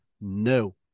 No